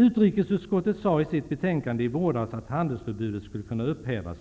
Utrikesutskottet sade i sitt betänkande i våras att handelsförbudet skulle kunna upphävas